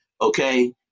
Okay